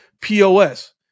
POS